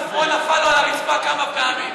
הספרון נפל לו על הרצפה כמה פעמים.